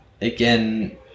again